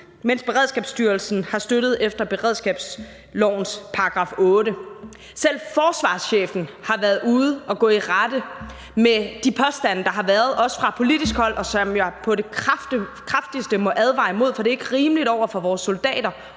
mens Beredskabsstyrelsen har ydet støtte efter beredskabslovens § 8. Selv forsvarschefen har været ude at gå i rette med de påstande, der har været, også fra politisk hold, og som jeg på det kraftigste må advare imod, for det er ikke rimeligt over for vores soldater